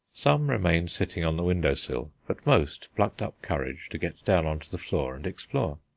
some remained sitting on the window-sill, but most plucked up courage to get down on to the floor and explore.